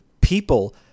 people